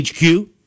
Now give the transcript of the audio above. HQ